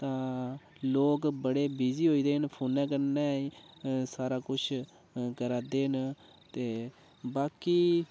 तां लोक बड़े बिजी होई गेदे न फोनै कन्नै सारा कुछ करै दे न ते बाकी